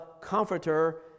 Comforter